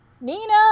Nina